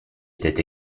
était